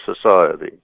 society